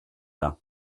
bains